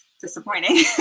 disappointing